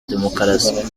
demokarasi